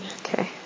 okay